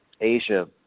Asia